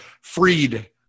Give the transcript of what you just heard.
freed